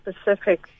specific